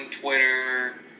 Twitter